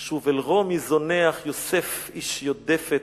"שוב אל רומי זונה אח יוסף איש יודפת".